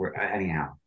anyhow